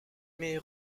mais